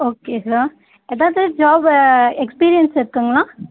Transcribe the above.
okay sir எதாவது job experience இருக்குதுங்களா